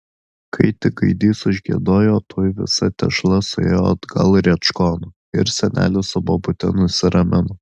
kai tik gaidys užgiedojo tuoj visa tešla suėjo atgal rėčkon ir senelis su bobute nusiramino